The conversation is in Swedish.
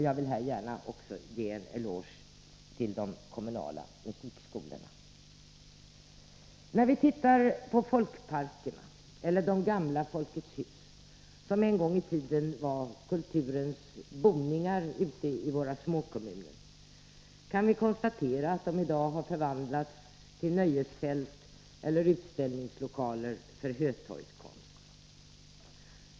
Jag vill här gärna också ge en eloge till de kommunala musikskolorna. När vi tittar på folkparkerna eller de gamla folketshusbyggnaderna, som en gång i tiden var kulturens boningar ute i våra småkommuner, kan vi konstatera att de i dag har förvandlats till nöjesfält eller utställningslokaler för hötorgskonst.